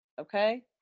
Okay